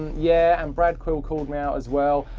yeah, and brad quill called me out as well.